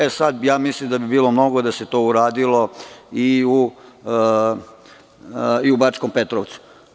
E, sad, ja mislim da bi bilo mnogo da se to uradilo i u Bačkom Petrovcu.